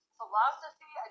philosophy